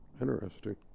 Interesting